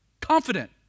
Confident